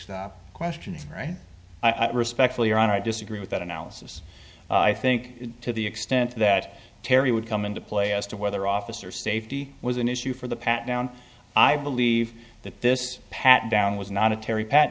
stop question right i respectfully disagree with that analysis i think to the extent that terry would come into play as to whether officer safety was an issue for the pat down i believe that this pat down was not a terry pat